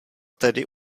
tedy